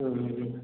ம் ம்